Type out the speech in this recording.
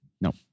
No